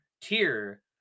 Tier